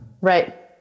Right